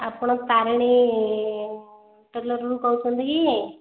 ଆପଣ ତାରିଣୀ ଟେଲର ରୁ କହୁଛନ୍ତି କି